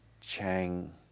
Chang